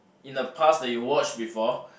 in the past that you watch before